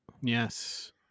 Yes